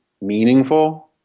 meaningful